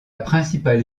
principale